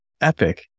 epic